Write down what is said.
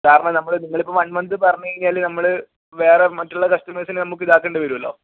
കാരണം നമ്മൾ നിങ്ങൾ ഇപ്പം വൺ മന്ത് പറഞ്ഞ് കഴിഞ്ഞാൽ നമ്മൾ വേറെ മറ്റുള്ള കസ്റ്റമേഴ്സിനെ നമുക്ക് ഇതാക്കേണ്ടി വരുമല്ലോ